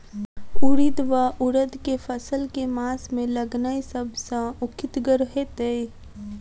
उड़ीद वा उड़द केँ फसल केँ मास मे लगेनाय सब सऽ उकीतगर हेतै?